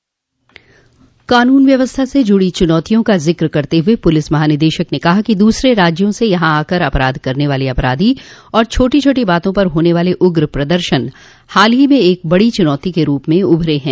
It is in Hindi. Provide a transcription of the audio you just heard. कानून व्यवस्था से जुड़ी चुनौतियों का जिक करते हुए पुलिस महानिदेशक ने कहा कि दूसरे राज्यों स यहां आकर अपराध करने वाले अपराधी आर छोटी छोटी बातों पर होने वाले उग्र प्रदर्शन हाल में एक बड़ी चुनौती के रूप में उभरे हैं